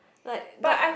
like dor~